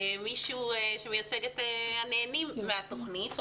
אני רוצה לשמוע מישהו שמייצג את הנהנים מן התוכנית,